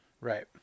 Right